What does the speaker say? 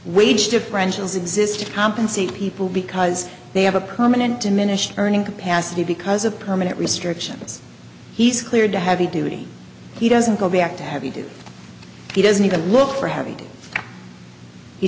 wage differentials exist to compensate people because they have a permanent diminished earning capacity because of permanent restrictions he's cleared to have a duty he doesn't go back to having to he doesn't even look for